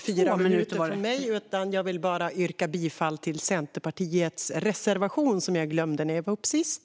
Fru talman! Jag vill bara yrka bifall till Centerpartiets reservation, vilket jag glömde när jag var uppe senast.